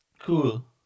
Cool